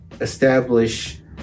establish